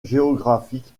géographique